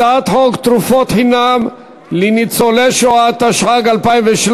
הצעת חוק תרופות חינם לניצולי שואה, התשע"ג 2013,